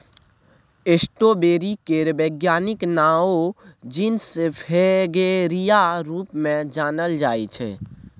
strawberry केर बैज्ञानिक नाओ जिनस फ्रेगेरिया रुप मे जानल जाइ छै